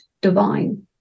divine